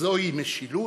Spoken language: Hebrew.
זוהי משילות?